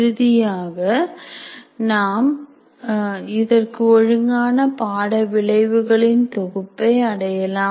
இறுதியாக நாம் இதற்கு ஒழுங்கான பாட விளைவுகளின் தொகுப்பை அடையலாம்